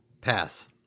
Pass